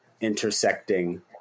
intersecting